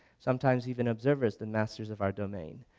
sometimes even observers, than masters of our domain.